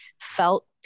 felt